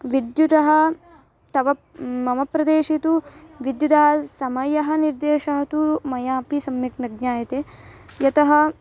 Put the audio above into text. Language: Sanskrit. विद्युतः तव मम प्रदेशे तु विद्यतः स्समयनिर्देशः तु मयापि सम्यक् न ज्ञायते यतः